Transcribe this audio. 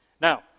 Now